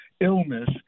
illness